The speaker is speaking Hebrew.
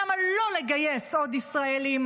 למה לא לגייס עוד ישראלים,